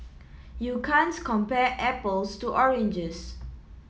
you can't compare apples to oranges